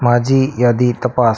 माझी यादी तपास